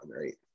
right